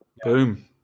Boom